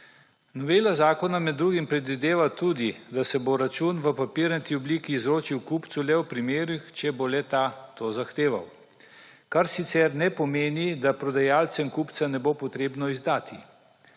Novela zakona med drugim predvideva tudi, da se bo račun v papirnati obliki izročil kupcu le v primerih, če bo le-ta to zahteval, kar sicer ne pomeni, da prodajalcem kupcu ne bo potrebno izdati.